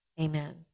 Amen